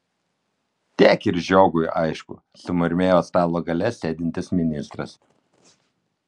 tiek ir žiogui aišku sumurmėjo stalo gale sėdintis ministras